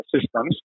systems